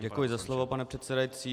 Děkuji za slovo, pane předsedající.